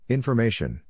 Information